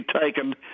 taken